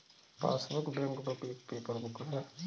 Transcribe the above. passbook, bankbook एक paper book है